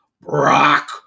Brock